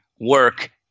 work